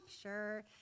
sure